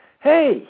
Hey